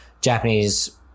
Japanese